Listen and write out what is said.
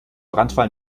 brandfall